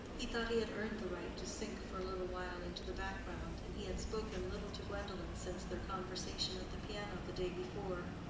he thought he had earned the right to sink for a little while into the background, and he had spoken little to gwendolen since their conversation at the piano the day before.